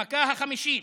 המכה החמישית: